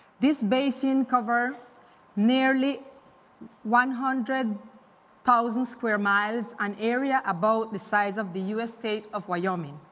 this basin covers nearly one hundred thousand square miles, an area about the size of the u s. state of wyoming.